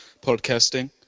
podcasting